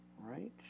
Right